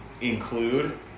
include